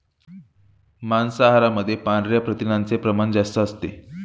मांसाहारामध्ये पांढऱ्या प्रथिनांचे प्रमाण जास्त असते